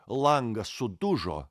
langas sudužo